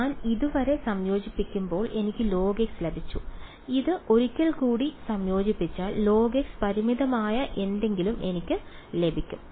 ഞാൻ ഇതുമായി സംയോജിപ്പിക്കുമ്പോൾ എനിക്ക് log ലഭിച്ചു ഇത് ഒരിക്കൽ കൂടി സംയോജിപ്പിച്ചാൽ log പരിമിതമായ എന്തെങ്കിലും എനിക്ക് ലഭിക്കും